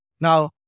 Now